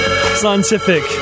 scientific